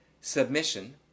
submission